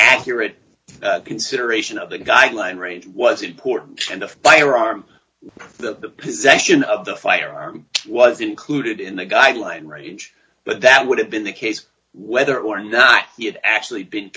accurate consideration of the guideline range was important and a firearm the possession of the firearm was included in the guideline range but that would have been the case whether or not he had actually been